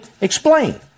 Explain